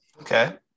Okay